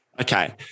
Okay